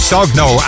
Sogno